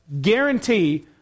guarantee